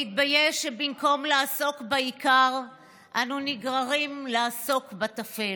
להתבייש שבמקום לעסוק בעיקר אנו נגררים לעסוק בטפל.